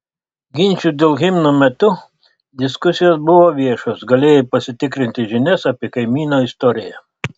ginčų dėl himno metu diskusijos buvo viešos galėjai pasitikrinti žinias apie kaimyno istoriją